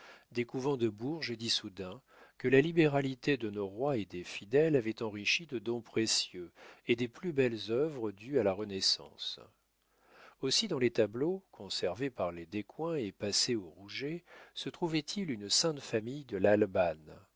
des couvents de bourges et d'issoudun que la libéralité de nos rois et des fidèles avaient enrichis de dons précieux et des plus belles œuvres dues à la renaissance aussi dans les tableaux conservés par les descoings et passés aux rouget se trouvait-il une sainte famille de l'albane